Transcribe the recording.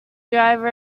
driver